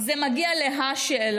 זה מגיע לשאלה: